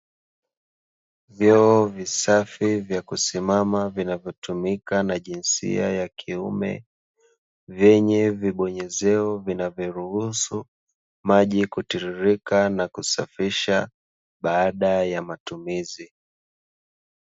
Vyoo visafi vya kusimama, vinavyotumika na jinsia ya kiume, vyenye vibonyezeo vinavyoruhusu maji kutiririka na kusafisha baada ya matumizi.